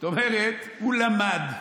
זאת אומרת, הוא למד,